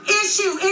issue